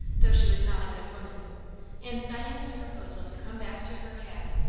though she was not a good woman and diana's proposal to come back to her had,